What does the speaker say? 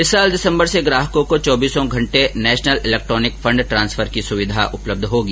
इस साल दिसम्बर से ग्राहकों को चौबीसों घंटे नेशनल इलेक्ट्रॉनिक फंड ट्रांसफर की सुविधा उपलब्ध होगी